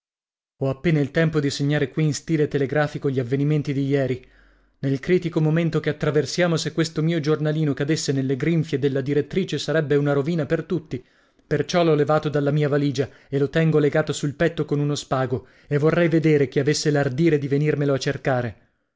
ho appena il tempo di segnare qui in stile telegrafico gli avvenimenti di ieri nel critico momento che attraversiamo se questo mio giornalino cadesse nelle grinfie della direttrice sarebbe una rovina per tutti perciò l'ho levato dalla mia valigia e lo tengo legato sul petto con uno spago e vorrei vedere chi avesse l'ardire di venirmelo a cercare